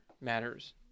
matters